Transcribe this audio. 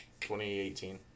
2018